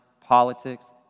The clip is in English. politics